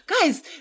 Guys